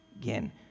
Again